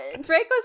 Draco's